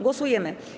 Głosujemy.